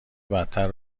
بدتر